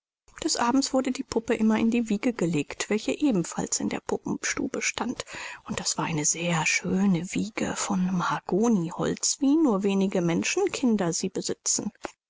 des abends wurde die puppe immer in die wiege gelegt welche ebenfalls in der puppenstube stand und das war eine sehr schöne wiege von mahagoniholz wie nur wenig menschenkinder sie besitzen